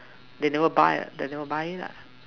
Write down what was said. they never buy they never buy lah